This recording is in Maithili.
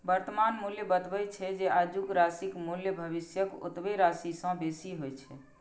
वर्तमान मूल्य बतबै छै, जे आजुक राशिक मूल्य भविष्यक ओतबे राशि सं बेसी होइ छै